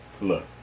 Look